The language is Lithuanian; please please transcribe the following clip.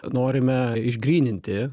norime išgryninti